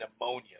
pneumonia